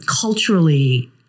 Culturally